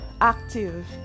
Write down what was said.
active